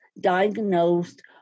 diagnosed